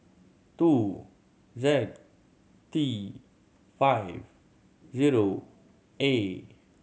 two Z T five zero A